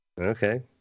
Okay